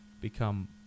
become